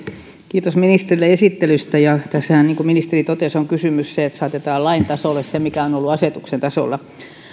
kiitos ministerille esittelystä tässähän niin kuin ministeri totesi on kysymys siitä että saatetaan lain tasolle se mikä on ollut asetuksen tasolla